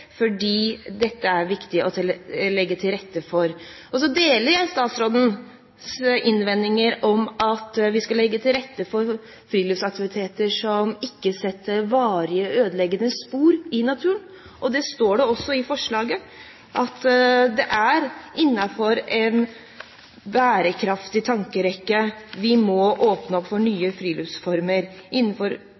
dette er det viktig å legge til rette for. Jeg deler statsrådens innvendinger mot at vi skal legge til rette for friluftsaktiviteter som ikke setter varig ødeleggende spor i naturen. Det står også i forslaget at det er innenfor en bærekraftig tankerekke vi må åpne opp for nye friluftsformer